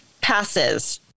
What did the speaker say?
passes